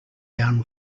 down